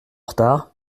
retard